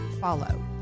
Follow